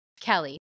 Kelly